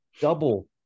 double